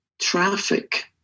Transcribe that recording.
traffic